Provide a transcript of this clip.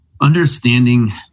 understanding